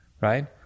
right